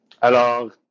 Alors